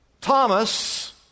Thomas